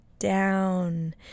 down